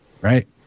right